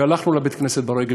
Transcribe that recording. הלכנו לבית-הכנסת ברגל,